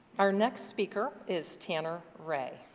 our next speaker is tanner wray.